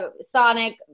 Sonic